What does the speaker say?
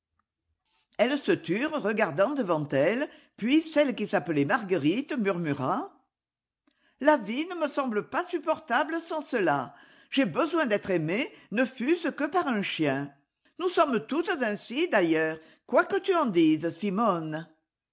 elles se turent regardant devant elles puis celle qui s'appelait marguerite murmura la vie ne me semble pas supportable sans cela j'ai besoin d'être aimée ne fût-ce que par un chien nous sommes toutes ainsi d'ailleurs quoique tu en dises simone